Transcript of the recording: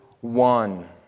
one